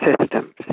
systems